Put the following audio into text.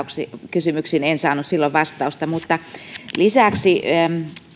kysymyksiin en saanut silloin vastausta ja lisäksi en